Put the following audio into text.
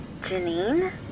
Janine